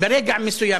ברגע מסוים,